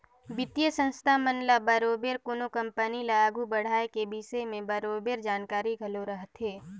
बित्तीय संस्था मन ल बरोबेर कोनो कंपनी ल आघु बढ़ाए कर बिसे में बरोबेर जानकारी घलो रहथे